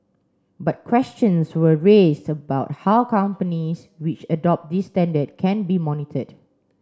but questions were raised about how companies which adopt this standard can be monitored